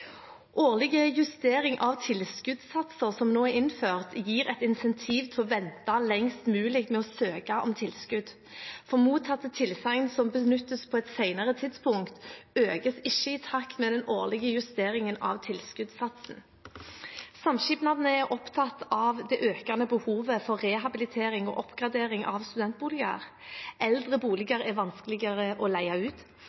Årlig justering av tilskuddssatser, som nå er innført, gir et incentiv til å vente lengst mulig med å søke om tilskudd. Mottatte tilsagn som benyttes på et senere tidspunkt, økes ikke i takt med den årlige justeringen av tilskuddssatsen. Samskipnadene er opptatt av det økende behovet for rehabilitering og oppgradering av studentboliger. Eldre